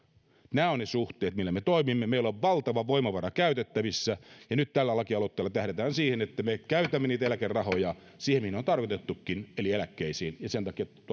nämä ovat ne suhteet millä me toimimme meillä on valtava voimavara käytettävissä ja nyt tällä lakialoitteella tähdätään siihen että me käytämme niitä eläkerahoja siihen mihin ne on tarkoitettukin eli eläkkeisiin sen takia toivon